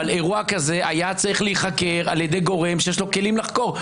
אבל אירוע כזה היה צריך להיחקר על ידי גורם שיש לו כלים לחקור,